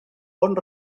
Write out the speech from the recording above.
bon